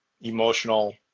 emotional